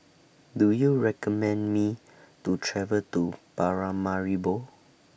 Do YOU recommend Me to travel to Paramaribo